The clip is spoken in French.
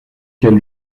quel